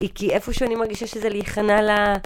כי איפה שאני מרגישה שזה להיכנע לה...